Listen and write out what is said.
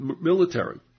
military